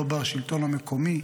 לא בשלטון המקומי,